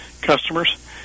customers